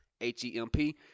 H-E-M-P